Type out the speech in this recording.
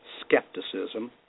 skepticism